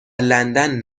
لندن